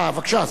אה, בבקשה.